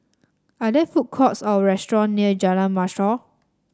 are there food courts or restaurant near Jalan Mashhor